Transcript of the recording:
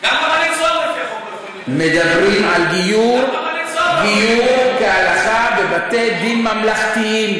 למה, מדברים על גיור כהלכה בבתי-דין ממלכתיים.